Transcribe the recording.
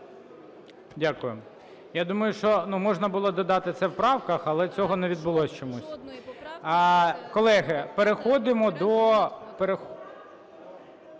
Дякую. Я думаю, що, ну, можна було додати це в правках, але цього не відбулось чомусь. Колеги, переходимо до…